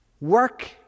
work